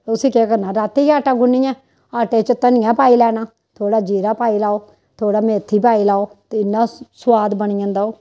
उसी केह् करना रातीं गै आटा गु'न्नियै आटे च धनिया पाई लैना थोह्ड़ा जीरा पाई लैओ थोह्ड़ा मेथी पाई लैओ ते इ'न्ना सोआद बनी जंदा ओह्